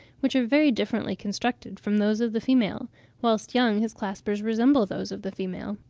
which are very differently constructed from those of the female whilst young, his claspers resemble those of the female.